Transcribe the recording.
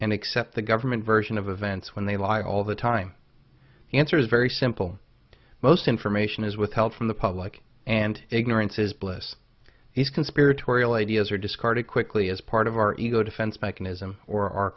and accept the government version of events when they lie all the time the answer is very simple most information is withheld from the public and ignorance is bliss is conspiratorial ideas are discarded quickly as part of our ego defense mechanism or our